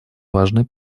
важный